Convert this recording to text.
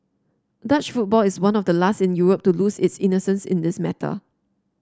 Dutch football is one of the last in Europe to lose its innocence in this matter